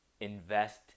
invest